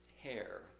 hair